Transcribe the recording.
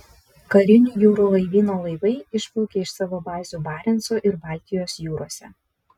karinio jūrų laivyno laivai išplaukė iš savo bazių barenco ir baltijos jūrose